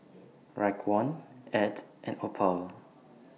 Raekwon Ed and Opal